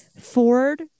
Ford